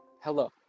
Hello